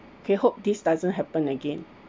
okay hope this doesn't happen again